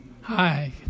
Hi